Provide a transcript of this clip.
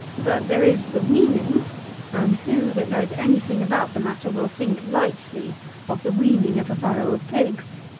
but there is the weaning and who, that knows any thing about the matter, will think lightly of the weaning of a farrow of pigs!